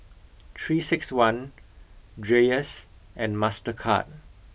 three six one Dreyers and Mastercard